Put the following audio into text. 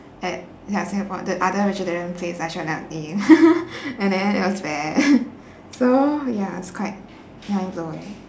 at ya singapore the other vegetarian place I shall not name and then it was bad so ya it's quite mind-blowing